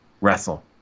wrestle